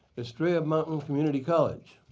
estrella mountain community college.